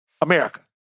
America